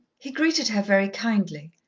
he greeted her very kindly,